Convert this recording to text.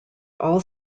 all